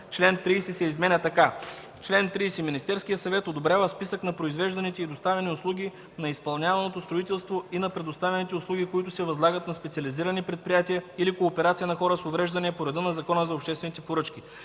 чл. 30 се изменя така: „Чл. 30. Министерският съвет одобрява списък на произвежданите и доставяни стоки, на изпълняваното строителство и на предоставяните услуги, които се възлагат на специализирани предприятия или кооперации на хора с увреждания по реда на Закона за обществените поръчки.